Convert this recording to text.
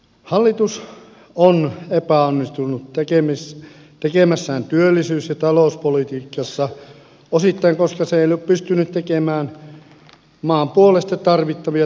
hallitus on epäonnistunut tekemässään työllisyys ja talouspolitiikassa osittain koska se ei ole pystynyt tekemään maan puolesta tarvittavia todellisia päätöksiä